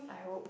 I hope